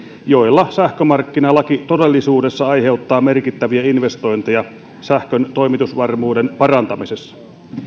joilla sähkömarkkinalaki todellisuudessa aiheuttaa merkittäviä investointeja sähkön toimitusvarmuuden parantamisessa